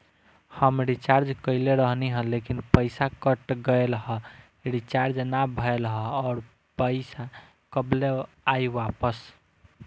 हम रीचार्ज कईले रहनी ह लेकिन पईसा कट गएल ह रीचार्ज ना भइल ह और पईसा कब ले आईवापस?